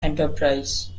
enterprise